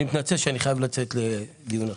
אני מתנצל שאני חייב לצאת לדיון אחר.